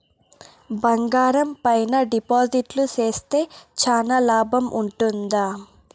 బంగారం పైన డిపాజిట్లు సేస్తే చానా లాభం ఉంటుందా?